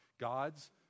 God's